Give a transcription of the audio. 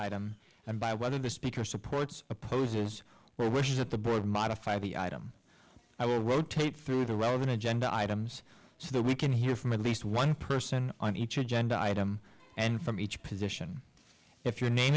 item and by whether the speaker supports or opposes well wishes of the board modify the item i will rotate through the relevant agenda items so that we can hear from at least one person on each agenda item and from each position if your name